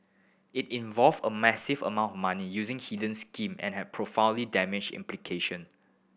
it involved a massive amount of money using hidden scheme and had profoundly damaging implication